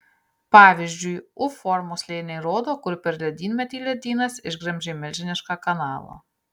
pavyzdžiui u formos slėniai rodo kur per ledynmetį ledynas išgremžė milžinišką kanalą